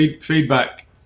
Feedback